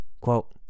Quote